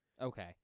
Okay